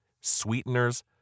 sweeteners